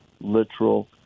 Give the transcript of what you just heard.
literal